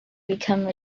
become